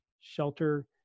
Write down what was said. shelter